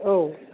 औ